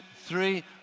three